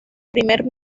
primer